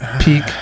Peak